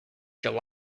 july